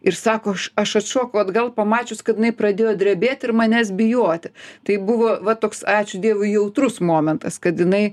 ir sako aš aš atšokau atgal pamačius kad jinai pradėjo drebėt ir manęs bijoti tai buvo va toks ačiū dievui jautrus momentas kad jinai